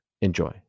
Enjoy